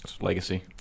legacy